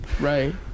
right